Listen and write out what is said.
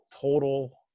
total